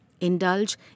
indulge